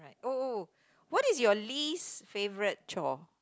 oh oh what is your least favourite chore